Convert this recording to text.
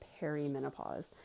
perimenopause